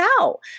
out